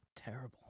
terrible